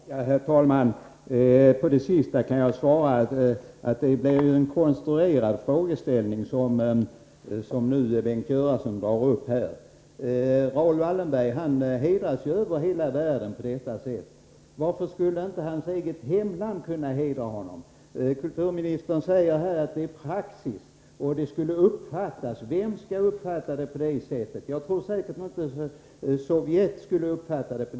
Herr talman! Om det sistnämnda vill jag säga att det är en konstruerad frågeställning som Bengt Göransson nu tar upp. Raoul Wallenberg hedras ju över hela världen på detta sätt. Varför skulle inte hans eget hemland kunna hedra honom? Kulturministern talar här om praxis och att det ”skulle uppfattas” som att Raoul Wallenberg inte längre lever. Vem ”skulle uppfatta” det så?